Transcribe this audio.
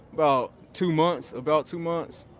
about two months. about two months.